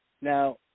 Now